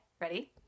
Ready